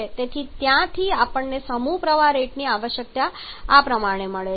તેથી ત્યાંથી આપણને સમૂહ પ્રવાહ રેટની આવશ્યકતા આ પ્રમાણે મળે છે ṁf 0